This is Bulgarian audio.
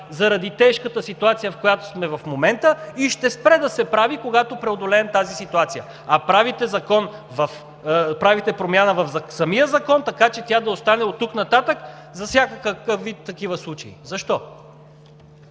заради тежката ситуация, в която сме в момента, и ще спре да се прави, когато преодолеем тази ситуация? А правите промяна в самия закон, така че тя да остане оттук нататък за всякакъв вид такива случаи, защо?